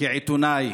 כעיתונאי